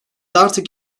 artık